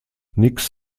nix